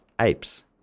apes